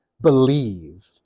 believe